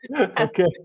Okay